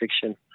fiction